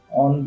on